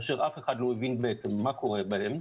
כאשר אף אחד בעצם לא הבין מה קורה בהם.